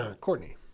Courtney